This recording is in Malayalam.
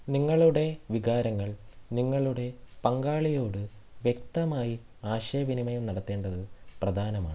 നിങ്ങളുടെ വികാരങ്ങൾ നിങ്ങളുടെ പങ്കാളിയോട് വ്യക്തമായി ആശയവിനിമയം നടത്തേണ്ടത് പ്രധാനമാണ്